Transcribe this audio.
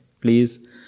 Please